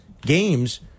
games